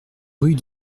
rue